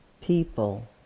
people